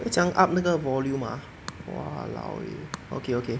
怎么样 up 那个 volume ah !walao! eh okay okay